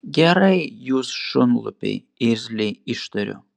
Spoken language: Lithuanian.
gerai jūs šunlupiai irzliai ištariu